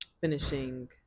finishing